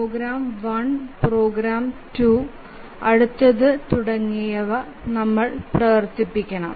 programme 1 programme 2 അടുത്തത് തുടങ്ങിയവ പ്രവർത്തിപ്പിക്കണം